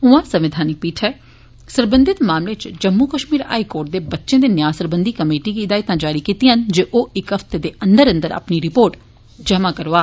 उयां संवैधानिक पीठ नै सरबंधित मामले इच जम्मू कश्मीर हाई कोर्ट दी बच्चें दे न्या सरबंधी कमेटी गी हिदायतां जारी कीतियां न जे ओह् इक हफ्ते दे अन्दर अन्दर अपनी रिर्पोट जमा करौआन